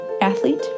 athlete